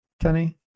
kenny